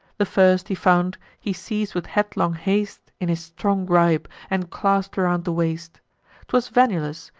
the first he found he seiz'd with headlong haste, in his strong gripe, and clasp'd around the waist t was venulus,